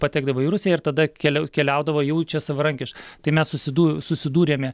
patekdavo į rusiją ir tada keliau keliaudavo jau čia savarankiš tai mes susidū susidūrėme